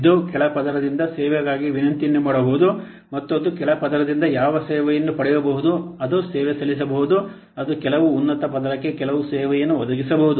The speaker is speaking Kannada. ಇದು ಕೆಳ ಪದರದಿಂದ ಸೇವೆಗಾಗಿ ವಿನಂತಿಯನ್ನು ಮಾಡಬಹುದು ಮತ್ತು ಅದು ಕೆಳ ಪದರದಿಂದ ಯಾವ ಸೇವೆಯನ್ನು ಪಡೆಯಬಹುದು ಅದು ಸೇವೆ ಸಲ್ಲಿಸಬಹುದು ಅದು ಕೆಲವು ಉನ್ನತ ಪದರಕ್ಕೆ ಕೆಲವು ಸೇವೆಯನ್ನು ಒದಗಿಸಬಹುದು